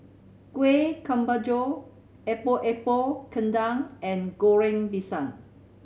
Kueh Kemboja Epok Epok Kentang and Goreng Pisang